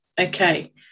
Okay